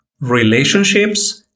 relationships